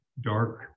dark